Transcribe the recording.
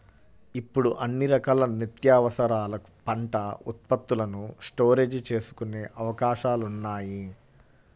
ఇప్పుడు అన్ని రకాల నిత్యావసరాల పంట ఉత్పత్తులను స్టోరేజీ చేసుకునే అవకాశాలున్నాయి